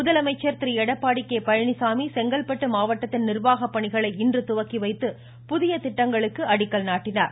முதலமைச்சர் திரு எடப்பாடி கே பழனிச்சாமி செங்கல்பட்டு மாவட்டத்தின் நிர்வாக பணிகளை இன்று துவக்கி வைத்து புதிய திட்டங்களுக்கு அடிக்கல் நாட்டினார்